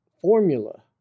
formula